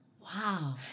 Wow